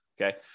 Okay